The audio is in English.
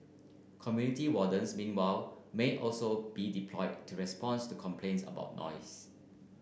community wardens meanwhile may also be deployed to responds to complaints about noise